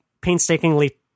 painstakingly